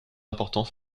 important